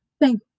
Thank